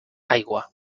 aigua